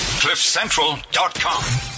cliffcentral.com